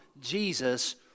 Jesus